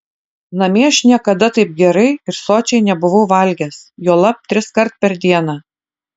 namie aš niekada taip gerai ir sočiai nebuvau valgęs juolab triskart per dieną